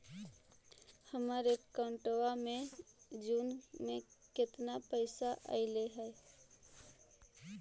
हमर अकाउँटवा मे जून में केतना पैसा अईले हे?